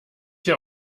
hier